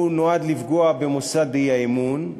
שהוא נועד לפגוע במוסד האי-אמון.